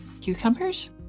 Cucumbers